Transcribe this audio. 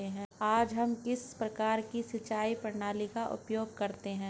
आज हम किस प्रकार की सिंचाई प्रणाली का उपयोग करते हैं?